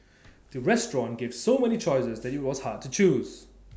the restaurant gave so many choices that IT was hard to choose